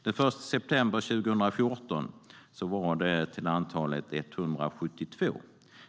Den 1 september 2014 var antalet 172.